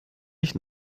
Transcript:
ich